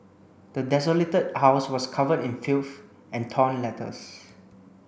the desolated house was covered in filth and torn letters